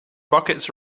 buckets